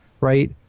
right